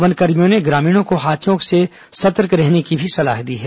वनकर्मियों ने ग्रामीणों को हाथियों से सतर्क रहने की भी सलाह दी है